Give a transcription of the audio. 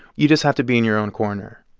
you just have to be in your own corner